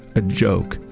a joke,